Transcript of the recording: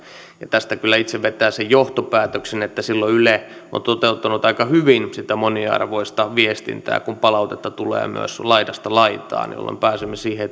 tästä kyllä itse vedän sen johtopäätöksen että silloin yle on toteuttanut aika hyvin sitä moniarvoista viestintää kun myös palautetta tulee laidasta laitaan jolloin pääsemme siihen